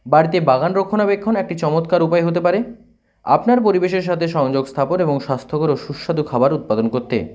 বাড়িতে বাগান রক্ষণাবেক্ষণ একটি চমৎকার উপায় হতে পারে আপনার পরিবেশের সাতে সংযোগ স্থাপন এবং স্বাস্থ্যকর ও সুস্বাদু খাবার উৎপাদন করতে